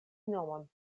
nomon